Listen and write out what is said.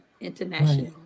international